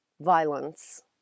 violence